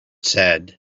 said